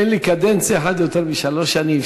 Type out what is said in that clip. אין לי קדנציה אחת של יותר משלוש שנים,